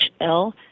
HL